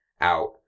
out